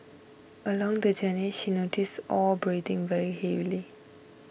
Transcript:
along the journey she noticed Al breathing very heavily